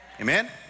Amen